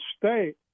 state